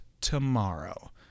tomorrow